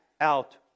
out